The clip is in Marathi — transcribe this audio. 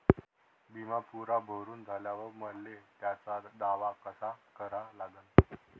बिमा पुरा भरून झाल्यावर मले त्याचा दावा कसा करा लागन?